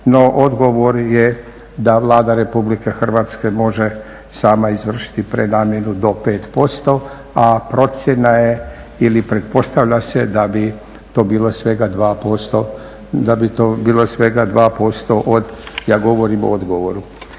odgovor je da Vlada Republike Hrvatske može sama izvršiti prenamjenu do 5%, a procjena je ili pretpostavlja se da bi to bilo svega 2% od, ja govorim